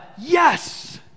yes